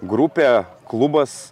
grupė klubas